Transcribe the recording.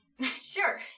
Sure